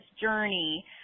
journey